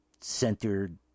centered